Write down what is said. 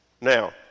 Now